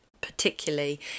particularly